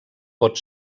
pot